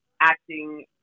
acting